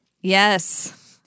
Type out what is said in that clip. Yes